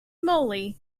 moly